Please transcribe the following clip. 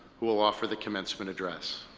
who will offer the commencement address.